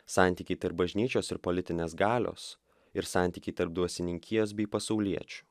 santykiai tarp bažnyčios ir politinės galios ir santykiai tarp dvasininkijos bei pasauliečių